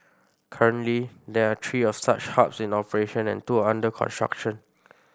currently there are three of such hubs in operation and two are under construction